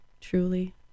truly